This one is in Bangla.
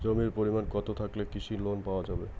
জমির পরিমাণ কতো থাকলে কৃষি লোন পাওয়া যাবে?